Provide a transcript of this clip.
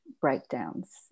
breakdowns